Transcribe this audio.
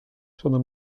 sono